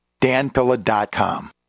danpilla.com